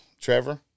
Trevor